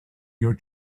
your